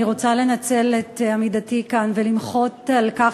אני רוצה לנצל את עמידתי כאן ולמחות על כך